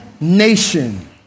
nation